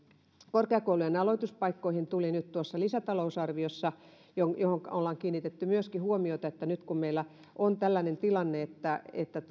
korkeakoulujen aloituspaikkoihin tuli nyt tuossa lisätalousarviossa mihin ollaan kiinnitetty myöskin huomiota nyt kun meillä on tällainen tilanne että